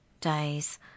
days